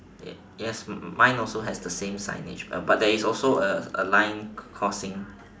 yes mine also has the same signage but there's also a a line crossing